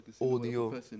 audio